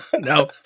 No